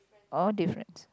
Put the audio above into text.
or difference